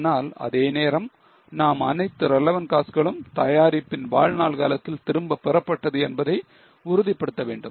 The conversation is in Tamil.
ஆனால் அதே நேரம் நாம் அனைத்து relevant costs களும் தயாரிப்பின் வாழ்நாள் காலத்தில் திரும்பப் பெறப்பட்டது என்பதை உறுதிப்படுத்த வேண்டும்